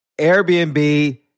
Airbnb